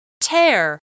Tear